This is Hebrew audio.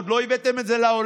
ועוד לא הבאתם את זה לעולם.